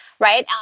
Right